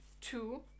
two